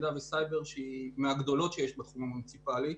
אנחנו ממשיכים את הדיון שלנו בענייני הגנת הסייבר של המדינה.